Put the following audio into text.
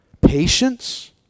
Patience